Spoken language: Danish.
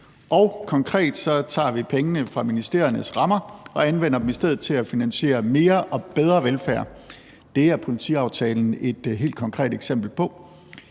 Konkret tager vi pengene fra ministeriernes rammer og anvender dem i stedet til at finansiere mere og bedre velfærd. Det er politiaftalen et helt konkret eksempel på.